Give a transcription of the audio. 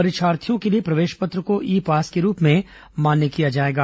परीक्षार्थियों के लिए प्रवेश पत्र को ई पास के रूप में मान्य किया जाएगा